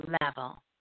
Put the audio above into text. level